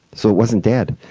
so it wasn't dead.